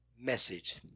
message